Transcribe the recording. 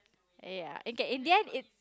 ya okay in the end it